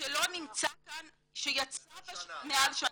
ושלא נמצא כאן מעל שנה.